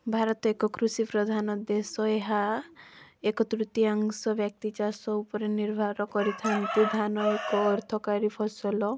ଭାରତ ଏକ କୃଷି ପ୍ରଧାନ ଦେଶ ଏହା ଏକ ତୃତୀୟାଂଶ ବ୍ୟକ୍ତି ଚାଷ ଉପରେ ନିର୍ଭାର କରିଥାନ୍ତି ଧାନ ଏକ ଅର୍ଥକାରୀ ଫସଲ